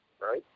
right